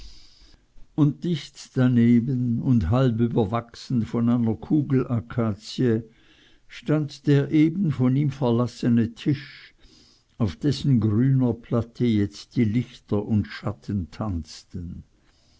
und dicht daneben und halb überwachsen von einer kugelakazie stand der eben von ihm verlassene tisch auf dessen grüner platte jetzt die lichter und schatten tanzten